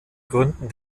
gründen